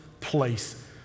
place